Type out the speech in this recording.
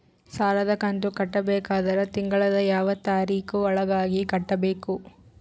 ಸಾಲದ ಕಂತು ಕಟ್ಟಬೇಕಾದರ ತಿಂಗಳದ ಯಾವ ತಾರೀಖ ಒಳಗಾಗಿ ಕಟ್ಟಬೇಕು?